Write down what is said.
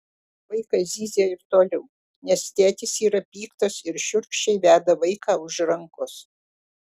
vaikas zyzia ir toliau nes tėtis yra piktas ir šiurkščiai veda vaiką už rankos